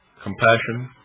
compassion,